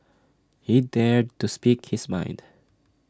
he dared to speak his mind